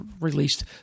released